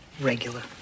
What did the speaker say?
Regular